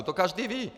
To každý ví!